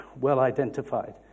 well-identified